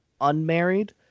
unmarried